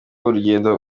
urugendo